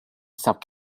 sub